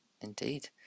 Indeed